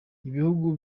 ibihugu